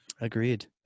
Agreed